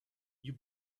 you